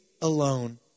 alone